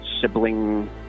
sibling